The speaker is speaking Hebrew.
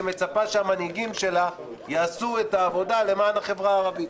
שמצפה שהמנהיגים שלה יעשו את העבודה למען החברה הערבית.